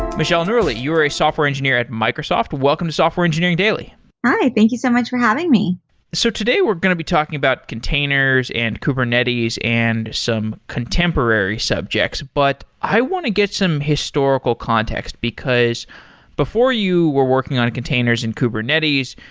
michelle noorali, you are a software engineer at microsoft. welcome to software engineering daily hi, thank you so much for having me so today we're going to be talking about containers and kubernetes and some contemporary subjects. but i want to get some historical context because before you were working on containers and kubernetes,